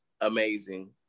amazing